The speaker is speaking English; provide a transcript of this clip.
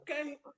Okay